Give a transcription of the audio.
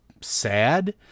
sad